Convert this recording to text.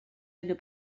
unrhyw